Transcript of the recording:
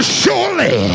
surely